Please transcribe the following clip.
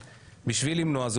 בשביל למנוע את זה,